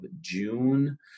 June